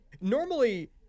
normally